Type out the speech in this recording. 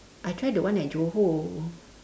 I try the one at johor